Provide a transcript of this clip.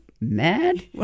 mad